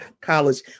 college